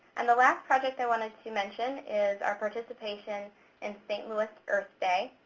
and the last project i wanted to mention is our participation in st. louis earth day.